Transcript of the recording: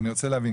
אני רוצה להבין,